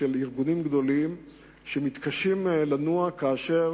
של ארגונים גדולים שמתקשים לנוע כאשר